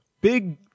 big